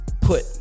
Put